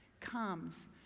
comes